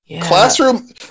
Classroom